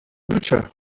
lucca